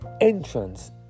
entrance